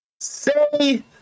say